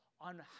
on